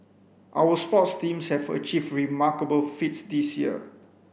our sports teams have achieved remarkable feats this year